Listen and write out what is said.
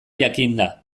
jakinda